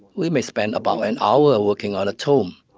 we may spend about an hour working on a tomb.